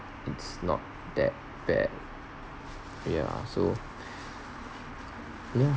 it's not that bad yeah so yeah